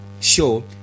show